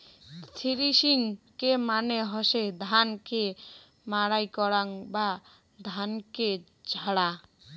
থ্রেশিংকে মানে হসে ধান কে মাড়াই করাং বা ধানকে ঝাড়া